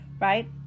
right